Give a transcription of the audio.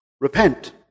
Repent